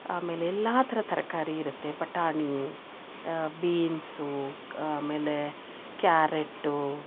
ಆಮೇಲೆ ಎಲ್ಲ ಥರ ತರಕಾರಿ ಇರುತ್ತೆ ಬಟಾಣಿ ಬೀನ್ಸು ಕ್ ಆಮೇಲೆ ಕ್ಯಾರೆಟ್ಟು